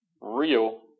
real